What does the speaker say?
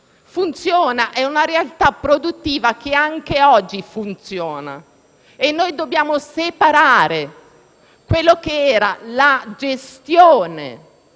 tratta di una realtà produttiva che anche oggi funziona. Noi dobbiamo separare quella che è stata la gestione